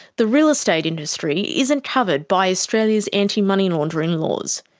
the real estate industry isn't covered by australia's anti-money laundering laws.